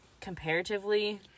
comparatively